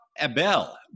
Abel